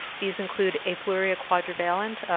these include afluria quadrivalent,